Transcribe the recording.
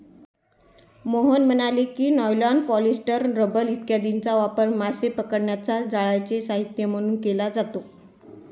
मोहन म्हणाले की, nylon, polyester, rubber इत्यादींचा वापर मासे पकडण्याच्या जाळ्यांचे साहित्य म्हणून केला जातो